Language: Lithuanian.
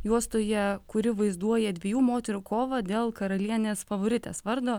juostoje kuri vaizduoja dviejų moterų kovą dėl karalienės favoritės vardo